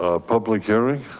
ah public hearing